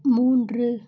மூன்று